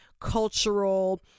cultural